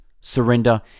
surrender